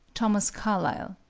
thomas carlyle,